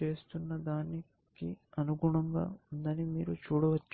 చేస్తున్న దానికి అనుగుణంగా ఉందని మీరు చూడవచ్చు